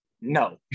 No